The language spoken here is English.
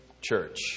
church